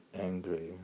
angry